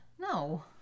No